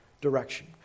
direction